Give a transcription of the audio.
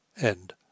End